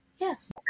Yes